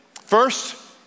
First